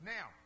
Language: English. Now